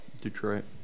Detroit